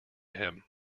him